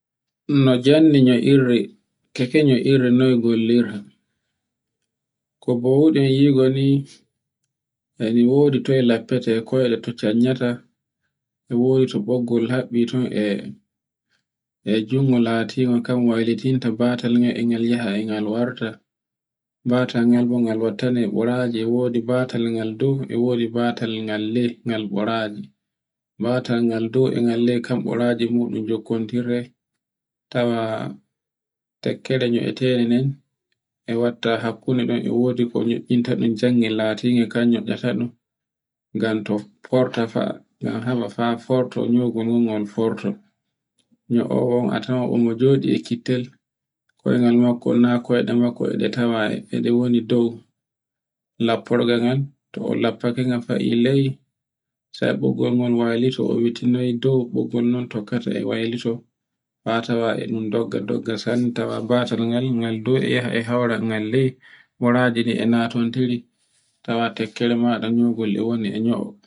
No janni no irte, to kene irre noy gollirta. Ko bowuɗen yigo ni, e ɗi wodi toye lappete koyɗe tocanyata, e wodi to ɓoggol habbi tom e jungo latingo kan waylitinta batal ngal e ngal yaha e ngal warta. Batal ngal bo ngal wattane ɓuraje, e wodi batal ngal dow, e wodi batal ngal ley ngal ɓoraji. batal ngal ley e ngal dow kan ɓuraje muɗum jokkotiren tawa tekkere no'etere nden e watta hakkunde nden e wodi ko nyo'inta ɗum, jangel latingel kenje ne'eta ɗum, ngan to forta fa, ngan to heba faforto nyogo ngun gol forto. O bo a tawa e mo joɗi e kittel koyngl makko na koyde makko eɗe tawa woni dow lapporgal ngal, t o lappaga nga fa'i ley, sai ɓoggol ngol waylito o witino dow ɓoggol non tokkata e waylito ha tawa e ɗun dogga-dogga sanne tawa batal ngal dow e yaha a hawra ngal ley ɓoraji ɗin e natintiri, tawa tekkiri maɗa nyogol e woni e nyo'o.